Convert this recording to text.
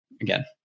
Again